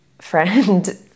friend